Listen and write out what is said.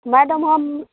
madam हम